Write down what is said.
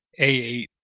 A8